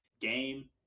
game